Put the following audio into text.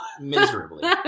Miserably